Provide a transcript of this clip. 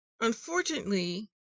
Unfortunately